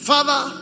Father